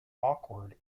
awkward